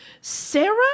Sarah